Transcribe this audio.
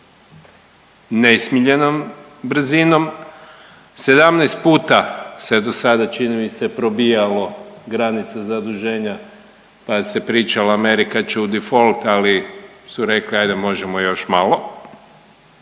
nesmiljenom brzinom, 17 puta se dosada čini mi se probijalo granice zaduženja, pa se pričalo Amerika će u difolt, ali su rekli ajde možemo još malo.